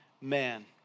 man